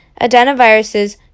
adenoviruses